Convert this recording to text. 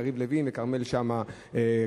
יריב לוין וכרמל שאמה ושלי,